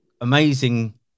amazing